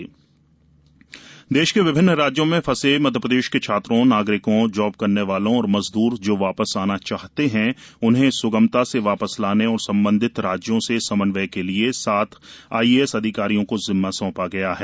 नागरिक सुविधा देश के विभिन्न राज्यों में फंसे मध्यप्रदेश के छात्रों नागरिकों जॉब करने वालों और मजदूर जो वापस आना चाहते हैं उन्हें सुगमता से वापस लाने और संबंधित राज्यों से समन्वय के लिए सात आईएएस अधिकारियों को जिम्मा सौंपा गया है